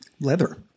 Leather